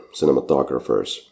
cinematographers